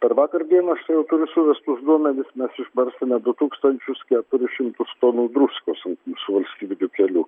per vakar dieną aš tai jau turiu suvestus duomenis mes išbarstėme du tūkstančius keturis šimtus tonų druskos ant visų valstybinių kelių